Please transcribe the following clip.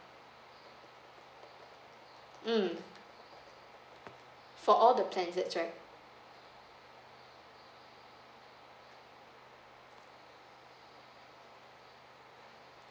mm for all the plans that's right